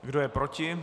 Kdo je proti?